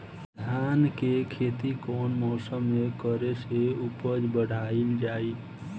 धान के खेती कौन मौसम में करे से उपज बढ़ाईल जाई?